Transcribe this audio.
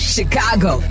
Chicago